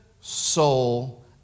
soul